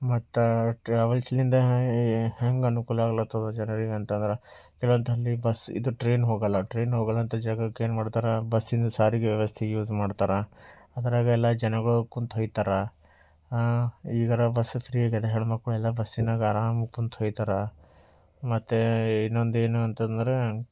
ಮತ್ತ ಟ್ರಾವೆಲ್ಸ್ಯಿಂದ ಹೆಂಗೆ ಅನುಕೂಲ ಆಗ್ಲತ್ತದ ಜನರಿಗೆ ಅಂತ ಅಂದ್ರೆ ಕೆಲವಲ್ಲಿ ಬಸ್ ಇದು ಟ್ರೈನ್ ಹೋಗಲ್ಲ ಟ್ರೈನ್ ಹೋಗಲ್ಲ ಅಂಥ ಜಾಗಕ್ಕೆ ಏನು ಮಾಡ್ತಾರೆ ಬಸ್ಸಿಂದ ಸಾರಿಗೆ ವ್ಯವಸ್ಥೆ ಯೂಸ್ ಮಾಡ್ತಾರೆ ಅದ್ರಾಗ ಎಲ್ಲ ಜನಗಳು ಕುಂತು ಹೋಗ್ತಾರ ಈಗಾರ ಬಸ್ ಫ್ರೀ ಆಗಿದೆ ಹೆಣ್ಣು ಮಕ್ಕಳೆಲ್ಲ ಬಸ್ಸಿನಾಗ ಆರಾಮಾಗಿ ಕುಂತು ಹೋಗ್ತಾರೆ ಮತ್ತೆ ಇನ್ನೊಂದು ಏನು ಅಂತ ಅಂದ್ರೆ